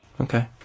Okay